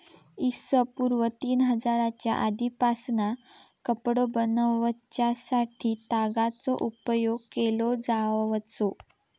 इ.स पूर्व तीन हजारच्या आदीपासना कपडो बनवच्यासाठी तागाचो उपयोग केलो जावचो